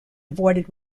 avoided